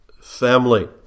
family